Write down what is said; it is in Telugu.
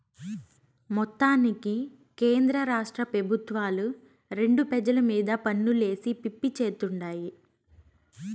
మొత్తానికి కేంద్రరాష్ట్ర పెబుత్వాలు రెండు పెజల మీద పన్నులేసి పిప్పి చేత్తుండాయి